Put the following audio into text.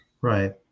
Right